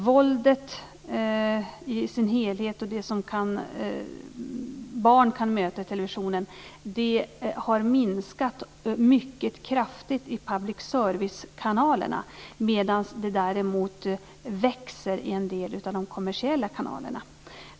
Våldet i dess helhet, det våld som barn kan möta i televisionen, har minskat mycket kraftigt i public service-kanalerna. Däremot ökar det i en del av de kommersiella kanalerna.